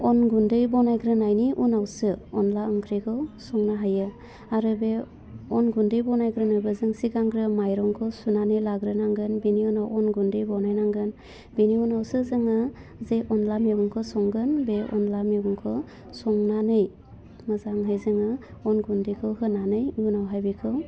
अन गुन्दै बानायग्रोनायनि उनावसो अनला ओंख्रिखौ संनो हायो आरो बे अन गुन्दै बनायग्रोनोबा जों सिगांग्रो माइरंखौ सुनानै लाग्रोनांगोन बिनि उनाव अन गुन्दै बनायनांगोन बिनि उनावसो जोङो जे अनला मेगंखौ संगोन बे अनला मेगंखौ संनानै मोजांहै जोङो अन गुन्दैखौ होनानै उनावहाय बेखौ